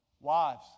Wives